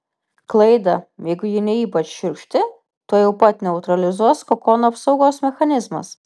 klaidą jeigu ji ne ypač šiurkšti tuojau pat neutralizuos kokono apsaugos mechanizmas